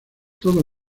todas